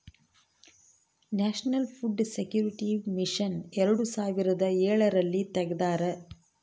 national food security mission ಎರಡು ಸಾವಿರದ ಎಳರಲ್ಲಿ ತೆಗ್ದಾರ